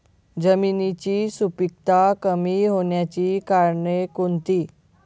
जमिनीची सुपिकता कमी होण्याची कारणे कोणती?